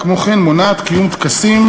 "כמו כן מונעת קיום טקסים